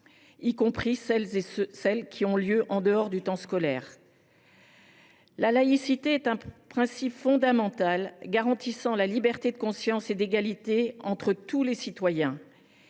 y compris celles qui ont lieu en dehors du temps scolaire. La laïcité est un principe fondamental garantissant la liberté de conscience et l’égalité entre tous les citoyens.